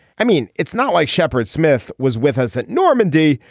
i mean it's not like shepard smith was with us at normandy.